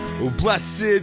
Blessed